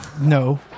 No